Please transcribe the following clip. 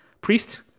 priest